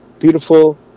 Beautiful